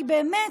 כי באמת,